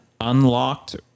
unlocked